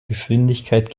geschwindigkeit